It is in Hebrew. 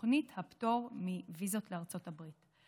תוכנית הפטור מוויזות לארצות הברית.